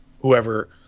whoever